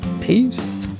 Peace